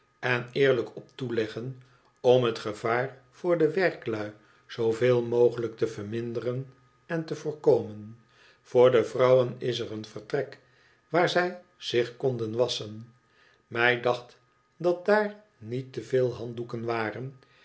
en eerlijk op toeleggen om bet gevaar voor de werklui zooveel mogelijk te verminderen en te voorkomen voor de vrouwen is er een vertrek waar zij zich konden wasschen mij dacht dat daar niet te veel handdoeken waren